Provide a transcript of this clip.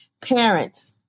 parents